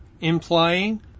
implying